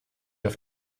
auf